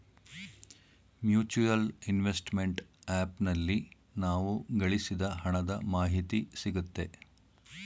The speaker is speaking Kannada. ಮ್ಯೂಚುಯಲ್ ಇನ್ವೆಸ್ಟ್ಮೆಂಟ್ ಆಪ್ ನಲ್ಲಿ ನಾವು ಗಳಿಸಿದ ಹಣದ ಮಾಹಿತಿ ಸಿಗುತ್ತೆ